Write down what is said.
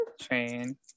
train